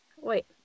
Wait